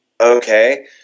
okay